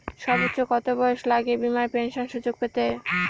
সর্বোচ্চ কত বয়স লাগে বীমার পেনশন সুযোগ পেতে?